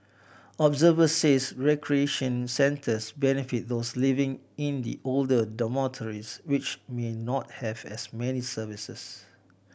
observers says recreation centres benefit those living in the older dormitories which may not have as many services